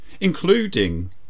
including